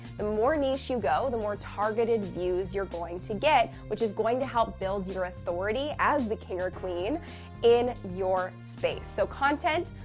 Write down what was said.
the more niche you go, the more targeted views you're going to get, which is going to help build your authority as the king or queen in your space. so content,